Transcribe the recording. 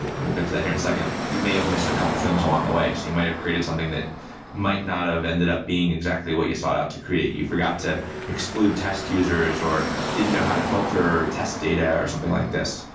and we'll get to that here in a second, you may have missed a couple of things along the way. so you might have created something that might not have ended up being exactly what you sought out to create. you forgot to exclude test users or didn't know how to filter test data or something like this.